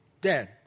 dad